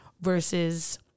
versus